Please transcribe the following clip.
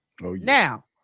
Now